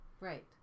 Right